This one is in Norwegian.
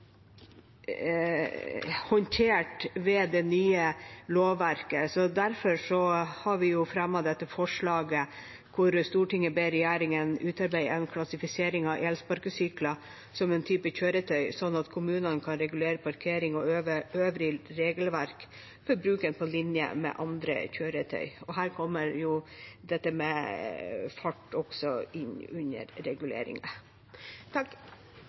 håndtert ved det nye lovverket. Derfor har vi fremmet dette forslaget: «Stortinget ber regjeringen utarbeide en klassifisering av elsparkesykler som en type kjøretøy, slik at kommunene kan regulere parkering og øvrig regelverk for bruken på linje med andre kjøretøyer». Her kommer jo dette med fart også inn under